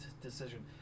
Decision